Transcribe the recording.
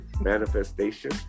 Manifestation